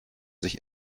sich